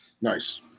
nice